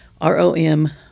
R-O-M